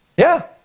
yeah,